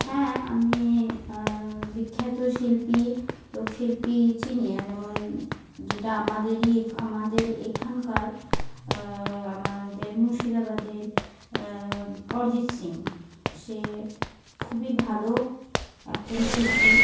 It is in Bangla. হ্যাঁ আমি বিখ্যাত শিল্পী লোকশিল্পী চিনি যেমন যেটা আমাদেরই আমাদের এখানকার আমাদের মুর্শিদাবাদের অরিজিৎ সিং সে খুবই ভালো একজন শিল্পী